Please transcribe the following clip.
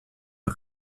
der